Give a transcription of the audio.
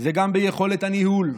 זה גם ביכולת הניהול,